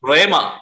Rema